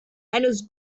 eines